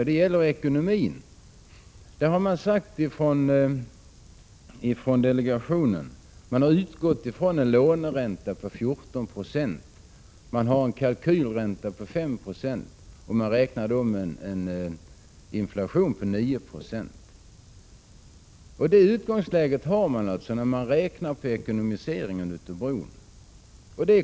När det gäller ekonomin har delegationen utgått från en låneränta på 14 96, och man har en kalkylränta på 5 26. Man räknar med en inflation på 9 26. Detta utgångsläge har man alltså när man räknar på kostnaderna för bron.